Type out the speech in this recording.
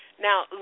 Now